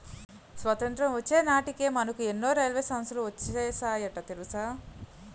స్వతంత్రం వచ్చే నాటికే మనకు ఎన్నో రైల్వే సంస్థలు వచ్చేసాయట తెలుసా